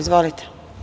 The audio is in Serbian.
Izvolite.